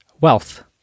wealth